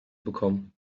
bekommen